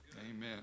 Amen